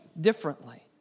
differently